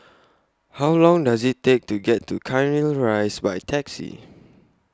How Long Does IT Take to get to Cairnhill Rise By Taxi